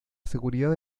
seguridad